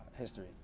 history